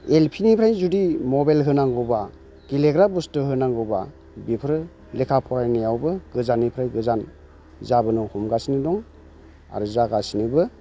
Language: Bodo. एलपिनिफ्राइ जुदि मबाइल होनांगौबा गेलेग्रा बुस्थु होनांगौबा बेफोरो लेखा फरायनायावबो गोजाननिफ्राय गोजान जाबोनो हमगासिनो दं आरो जागासिनोबो